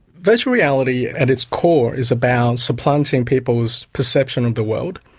virtual reality at its core is about supplanting people's perception of the world,